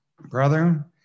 brother